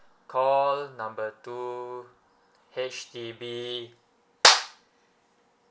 call the number two H_D_B